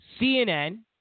CNN